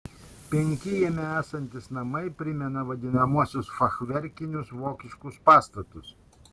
penki jame esantys namai primena vadinamuosius fachverkinius vokiškus pastatus